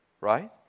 right